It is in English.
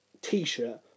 t-shirt